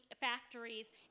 factories